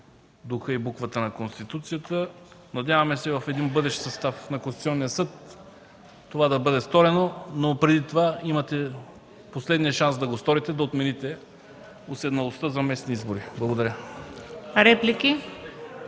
духа и буквата на Конституцията. Надяваме се в един бъдещ състав на Конституционния съд това да бъде сторено. Преди това имате последния шанс да го сторите – да отмените уседналостта за местни избори. Благодаря.